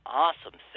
awesome